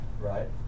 right